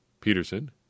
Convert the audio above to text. Peterson